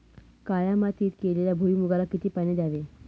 काळ्या मातीत केलेल्या भुईमूगाला किती पाणी द्यावे?